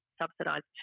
subsidised